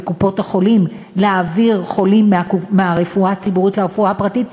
לקופות-החולים להעביר חולים מהרפואה הציבורית לרפואה הפרטית,